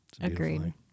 Agreed